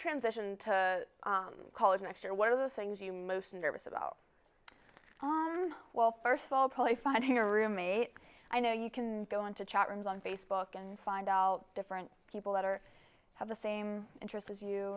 transition to college next year one of the things you most nervous about on well first of all probably finding a roommate i know you can go into chat rooms on facebook and find out different people that are have the same interests as you